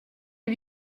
les